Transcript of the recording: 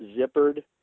zippered